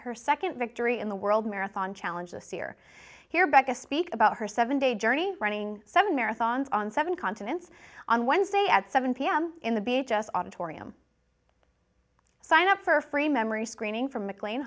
her second victory in the world marathon challenge this year here back to speak about her seven day journey running seven marathons on seven continents on wednesday at seven pm in the beaches auditorium sign up for free memory screening for mclean